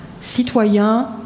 citoyen